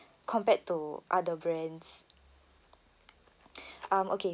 compared to other brands um okay